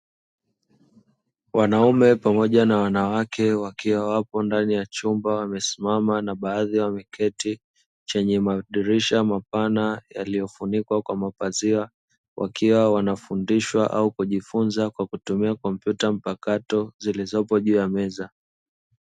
Wanaume pamoja na wanawake, wakiwa wapo ndani ya chumba wamesimama na baadhi wameketi; chenye madirisha mapana yaliofunikwa na mapazia, wakiwa wanafundishwa au kujifunza kwa kutumia kompyuta mpakato zilizopo juu ya meza.